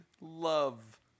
Love